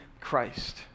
Christ